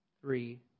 three